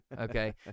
Okay